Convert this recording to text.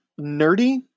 nerdy